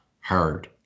hard